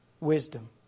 Wisdom